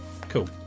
cool